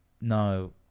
no